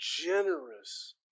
generous